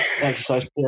exercise